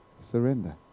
Surrender